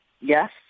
Yes